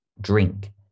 drink